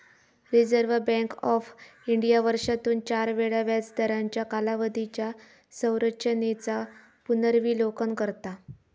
reserve Bank of India वर्षातून चार वेळा व्याजदरांच्या कालावधीच्या संरचेनेचा पुनर्विलोकन करता